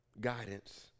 guidance